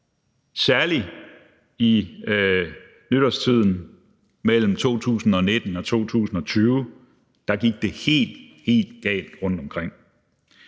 særlig omkring nytårstiden mellem 2019 og 2020. Der gik det helt, helt galt rundtomkring.